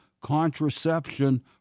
contraception